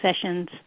sessions